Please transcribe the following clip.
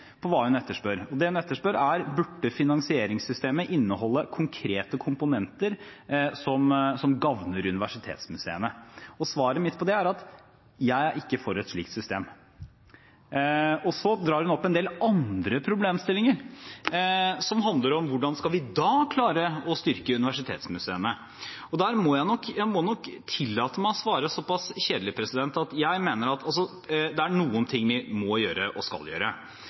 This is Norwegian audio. på hva hun etterspør. Det hun etterspør, er: Burde finansieringssystemet inneholde konkrete komponenter som gagner universitetsmuseene? Svaret mitt på det er at jeg er ikke for et slikt system. Så drar hun opp en del andre problemstillinger som handler om hvordan vi da skal klare å styrke universitetsmuseene. Jeg må nok tillate meg å svare så pass kjedelig: Det er noe vi må gjøre og skal gjøre.